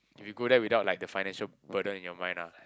if you go there without like he financial burden in your mind lah